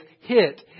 hit